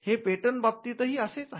हे पेटंट बाबतीतही असेच आहे